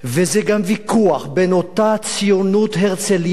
זה גם ויכוח בין אותה ציונות הרצליינית